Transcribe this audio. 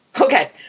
Okay